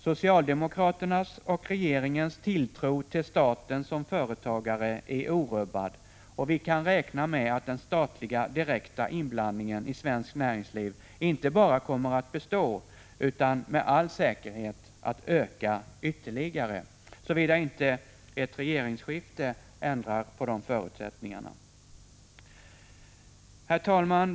Socialdemokraternas och regeringens tilltro till staten som företagare är orubbad, och vi kan räkna med att den statliga direkta inblandningen i svenskt näringsliv inte bara kommer att bestå utan med all säkerhet öka ytterligare — såvida inte ett regeringsskifte ändrar förutsättningarna. Herr talman!